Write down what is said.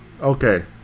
Okay